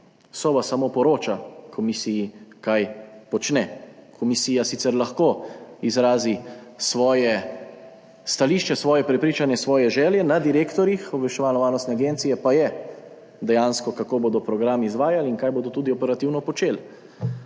Sova samo poroča komisiji, kaj počne. Komisija sicer lahko izrazi svoje stališče, svoje prepričanje, svoje želje, na direktorjih Obveščevalno-varnostne agencije pa je dejansko, kako bodo program izvajali in kaj bodo tudi operativno počeli.